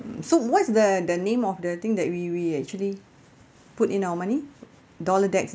so what's the the name of the thing that we we actually put in our money dollar decks